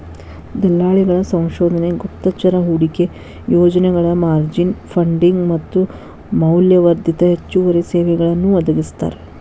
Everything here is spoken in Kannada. ದಲ್ಲಾಳಿಗಳ ಸಂಶೋಧನೆ ಗುಪ್ತಚರ ಹೂಡಿಕೆ ಯೋಜನೆಗಳ ಮಾರ್ಜಿನ್ ಫಂಡಿಂಗ್ ಮತ್ತ ಮೌಲ್ಯವರ್ಧಿತ ಹೆಚ್ಚುವರಿ ಸೇವೆಗಳನ್ನೂ ಒದಗಿಸ್ತಾರ